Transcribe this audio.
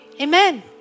Amen